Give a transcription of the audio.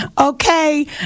Okay